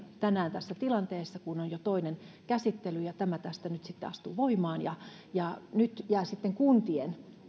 tänään tässä tilanteessa että on jo toinen käsittely ja tämä tästä nyt sitten astuu voimaan ja ja nyt jää sitten kuntien